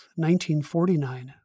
1949